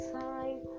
time